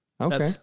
Okay